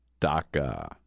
DACA